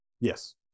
Yes